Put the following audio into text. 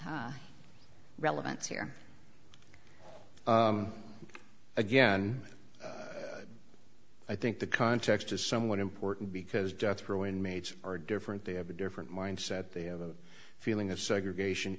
line relevance here again i think the context is somewhat important because death row inmates are different they have a different mindset they have a feeling of segregation